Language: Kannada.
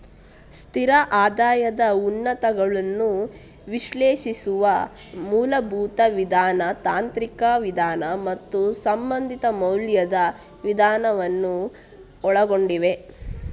ಸ್ಥಿರ ಆದಾಯದ ಉತ್ಪನ್ನಗಳನ್ನು ವಿಶ್ಲೇಷಿಸುವ ಮೂಲಭೂತ ವಿಧಾನ, ತಾಂತ್ರಿಕ ವಿಧಾನ ಮತ್ತು ಸಂಬಂಧಿತ ಮೌಲ್ಯದ ವಿಧಾನವನ್ನು ಒಳಗೊಂಡಿವೆ